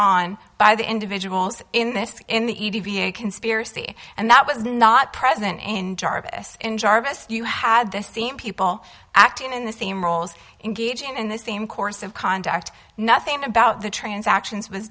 on by the individuals in this in the e d t a conspiracy and that was not present in jarvis in jarvis you had the same people acting in the same roles in gage and in the same course of conduct nothing about the transactions was